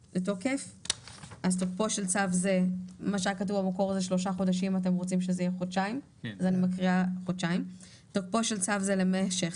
תוקף 3. תוקפו של צו זה למשך